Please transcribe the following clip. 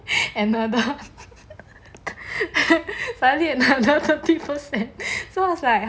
and another and another thirty percent so I was like